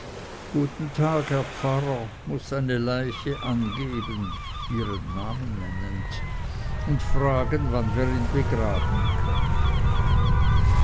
guten tag herr pfarrer muß eine leiche angeben und ihren namen nennend fragen wann wir ihn begraben können